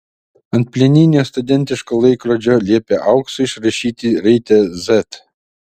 ant plieninio studentiško laikrodžio liepė auksu išrašyti raidę z